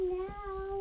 now